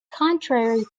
contrary